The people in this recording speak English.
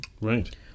right